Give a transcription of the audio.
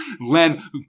Len